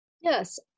Yes